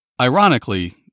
Ironically